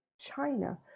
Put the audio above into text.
China